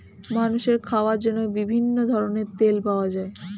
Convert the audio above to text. মানুষের খাওয়ার জন্য বিভিন্ন ধরনের তেল পাওয়া যায়